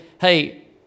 hey